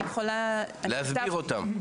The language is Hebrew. להסביר אותם.